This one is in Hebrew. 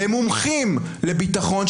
למומחים לביטחון,